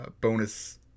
bonus